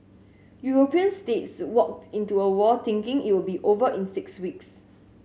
European states walked into a war thinking it will be over in six weeks